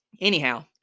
anyhow